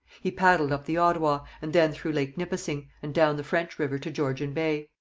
he paddled up the ottawa, and then through lake nipissing, and down the french river to georgian bay.